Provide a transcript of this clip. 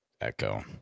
echo